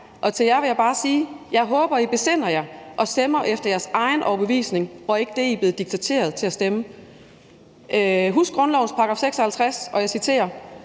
og til jer vil jeg bare sige: Jeg håber, at I besinder jer og stemmer efter jeres egen overbevisning og ikke efter det, i er blevet dikteret at stemme; husk grundlovens § 56, hvor der